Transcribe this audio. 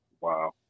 Wow